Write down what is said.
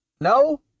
No